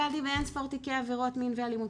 טיפלתי באינספור תיקי עבירות מין ואלימות,